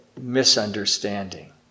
misunderstanding